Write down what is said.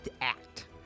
act